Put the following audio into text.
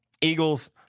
Eagles